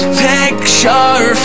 picture